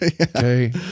Okay